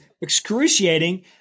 excruciating